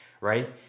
right